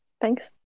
Thanks